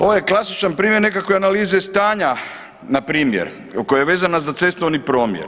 Ovo je klasičan primjer nekakve analize stanja npr. koja je vezana za cestovni promjer.